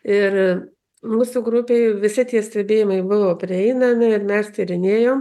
ir mūsų grupėje visi tie stebėjimai buvo prieinami ir mes tyrinėjom